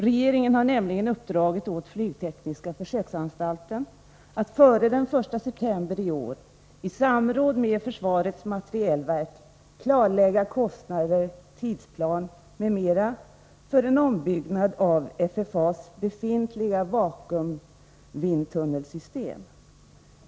Regeringen har nämligen uppdragit åt flygtekniska försöksanstalten att före den 1 september i år i samråd med försvarets materielverk klarlägga kostnader, tidsplan m.m. för en ombyggnad av FFA:s befintliga vakuumvindtunnelsystem.